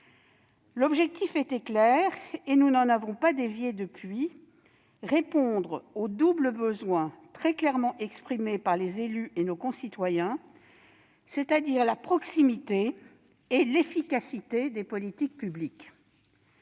L'objectif était clair et nous n'en avons pas dévié depuis : répondre au double besoin, très clairement exprimé par les élus et nos concitoyens, de proximité et d'efficacité des politiques publiques.